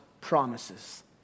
promises